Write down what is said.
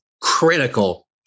critical